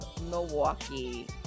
milwaukee